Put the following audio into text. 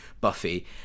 Buffy